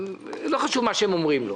לא חשוב מה הם אומרים לו